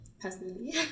personally